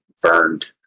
burned